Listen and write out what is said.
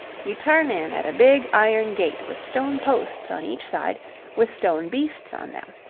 you turn in at a big iron gate with stone posts on each side with stone beasts on them.